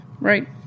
Right